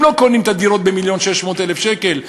הם לא קונים את הדירות במיליון ו-600,000 שקל,